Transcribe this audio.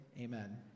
Amen